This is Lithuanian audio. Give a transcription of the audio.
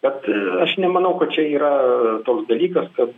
bet aš nemanau kad čia yra toks dalykas kad